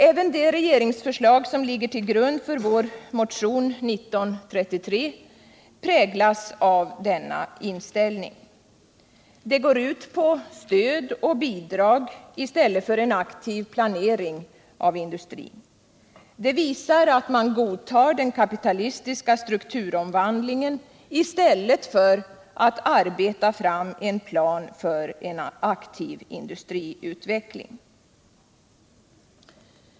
Även det regeringsförslag som ligger till grund för vår motion 1933 präglas av denna inställning. Det går ut på stöd och bidrag i stället för en aktiv planering av industrin. Det visar att man godtar den kapitalistiska strukturomvandlingen i stället för att arbeta fram en plan för en aktiv industriutveckling.